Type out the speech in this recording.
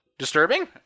Disturbing